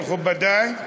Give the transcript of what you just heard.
מכובדי,